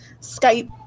Skype